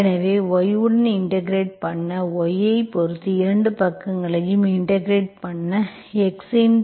எனவே y உடன் integrate பண்ண Y ஐப் பொறுத்து இரு பக்கங்களையும் இன்டெகிரெட் பண்ண x